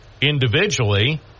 individually